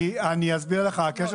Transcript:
הקשר